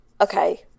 Okay